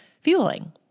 Fueling